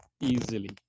easily